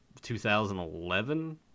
2011